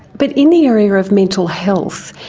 but in the area of mental health,